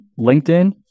LinkedIn